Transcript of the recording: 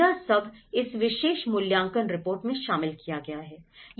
यह सब इस विशेष मूल्यांकन रिपोर्ट में शामिल किया गया है